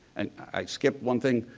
and i skipped one thing,